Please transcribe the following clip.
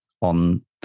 on